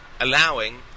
allowing